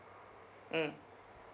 mm